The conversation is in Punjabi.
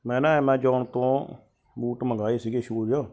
ਮੈਂ ਨਾ ਐਮਾਜੋਨ ਤੋਂ ਬੂਟ ਮੰਗਵਾਏ ਸੀਗੇ ਸ਼ੂਜ